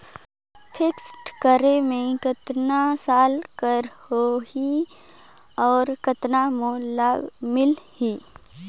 Fixed करे मे कतना साल कर हो ही और कतना मोला लाभ मिल ही?